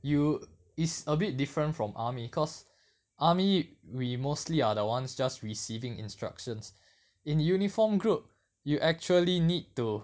you is a bit different from army cause army we mostly are the ones just receiving instructions in uniform group you actually need to